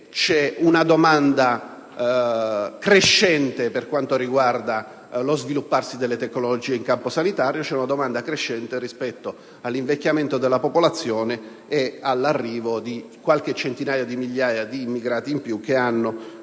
che la domanda è crescente per quanto riguarda lo svilupparsi delle tecnologie in campo sanitario e rispetto all'invecchiamento della popolazione e all'arrivo di qualche centinaia di migliaia di immigrati, i quali hanno